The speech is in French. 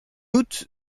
août